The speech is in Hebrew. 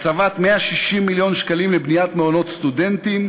הקצבת 160 מיליון שקלים לבניית מעונות סטודנטים,